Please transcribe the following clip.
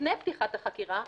לפני פתיחת החקירה,